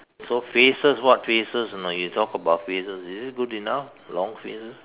so phrases what phrases you know you talk about phrases is it good enough long phrases